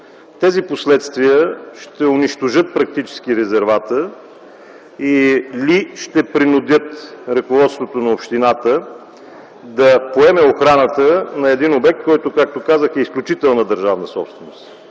Тези последствие ще унищожат практически резервата или ще принудят ръководството на общината да поеме охраната на един обект, който, както казах, е изключително държавна собственост.